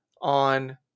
on